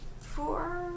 Four